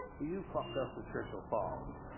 but you fucked us with churchill falls.